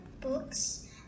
books